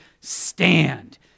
stand